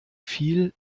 viel